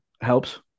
helps